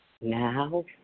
now